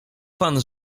pan